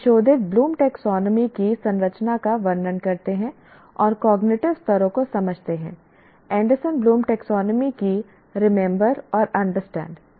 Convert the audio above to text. और हम संशोधित ब्लूम टेक्सोनोमी की संरचना का वर्णन करते हैं और कॉग्निटिव स्तरों को समझते हैं एंडरसन ब्लूम टेक्सोनोमी की रिमेंबर और अंडरस्टैंड